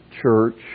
church